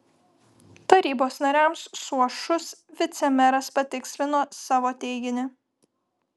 tarybos nariams suošus vicemeras patikslino savo teiginį